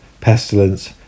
pestilence